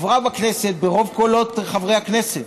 עברה בכנסת ברוב קולות חברי הכנסת.